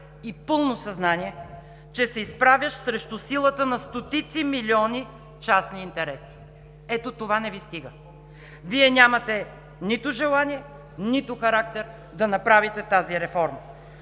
и пълно съзнание, че се изправяш срещу силата на стотици милиони частни интереси. Ето, това не Ви стига! Вие нямате нито желание, нито характер да направите тази реформа,